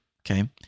okay